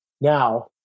now